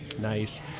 Nice